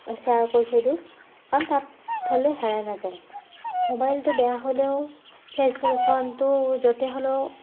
share কৰি থৈ দিওঁ কাৰণ তাত থ'লে হেৰাই নাযায় ম'বাইলটো বেয়া হ'লেও ফেচবুক একাউণ্টটো য'তে হ'লেও